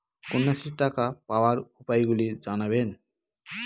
কন্যাশ্রীর টাকা পাওয়ার উপায়গুলি জানাবেন?